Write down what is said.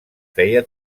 feia